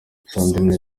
sandrine